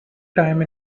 time